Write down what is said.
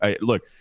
Look